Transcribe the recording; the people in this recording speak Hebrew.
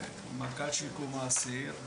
אני מנכ"ל שיקום האסיר.